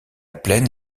plaine